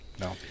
No